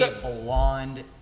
blonde